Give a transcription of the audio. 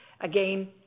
Again